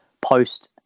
post